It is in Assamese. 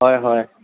হয় হয়